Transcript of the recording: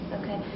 okay